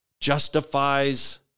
justifies